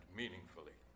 meaningfully